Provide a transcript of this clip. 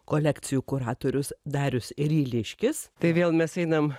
kolekcijų kuratorius darius ryliškis tai vėl mes einam